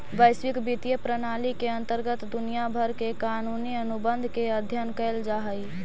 वैश्विक वित्तीय प्रणाली के अंतर्गत दुनिया भर के कानूनी अनुबंध के अध्ययन कैल जा हई